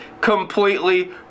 completely